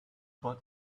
but